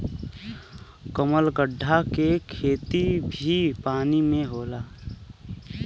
कमलगट्टा के खेती भी पानी में होला